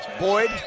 Boyd